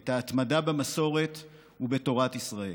את ההתמדה במסורת ובתורת ישראל.